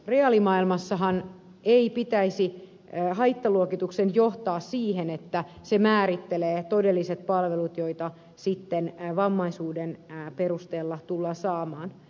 reaalimaailmassahan ei pitäisi haittaluokituksen johtaa siihen että se määrittelee todelliset palvelut joita sitten vammaisuuden perusteella tullaan saamaan